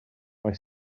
mae